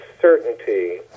certainty